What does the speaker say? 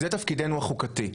זה תפקידנו החוקתי.